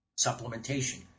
supplementation